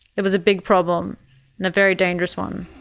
it was a big problem and a very dangerous one.